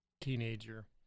teenager